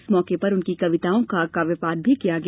इस मौके पर उनकी कविताओं का काव्यपाठ भी किया गया